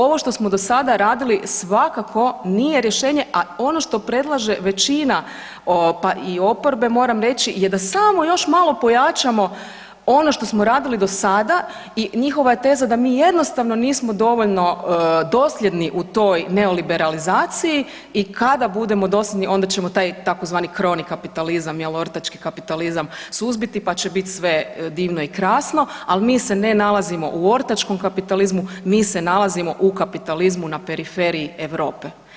Ovo što smo do sada radili svakako nije rješenje, a ono što predlaže većina, pa i oporbe, moram reći je da samo još malo pojačamo ono što smo radili do sada i njihova je teza da mi jednostavno nismo dovoljno dosljedni u toj neoliberalizaciji i kada budemo dosljedni onda ćemo taj tzv. krovni kapitalizam jel ortački kapitalizam suzbiti, pa će bit sve divno i krasno, al mi se ne nalazimo u ortačkom kapitalizmu, mi se nalazimo u kapitalizmu na periferiji Europe i on izgleda upravo ovako.